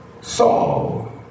Saul